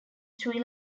sri